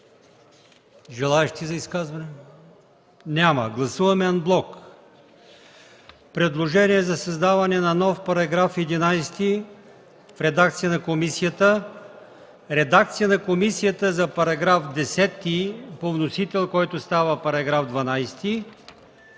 Желаещи за изказвания? Няма. Гласуваме анблок предложението за създаване на нов § 11 в редакция на комисията; редакция на комисията за § 10 по вносител, който става § 12;